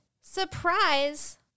surprise